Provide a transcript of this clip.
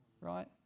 right